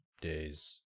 days